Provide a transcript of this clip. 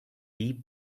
deep